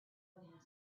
have